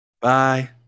Bye